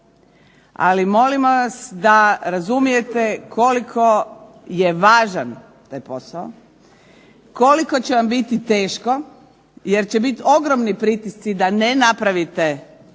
ali molimo vas da razumijete koliko je važan taj posao, koliko će vam biti teško, jer će biti ogromni pritisci da ne napravite